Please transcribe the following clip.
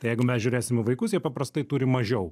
tai jeigu mes žiūrėsim į vaikus jie paprastai turi mažiau